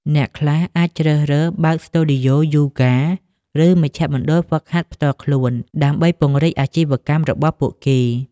អ្នកខ្លះអាចជ្រើសរើស បើកស្ទូឌីយោយូហ្គា ឬមជ្ឈមណ្ឌលហ្វឹកហាត់ផ្ទាល់ខ្លួន ដើម្បីពង្រីកអាជីវកម្មរបស់ពួកគេ។